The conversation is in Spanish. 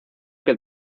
que